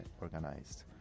organized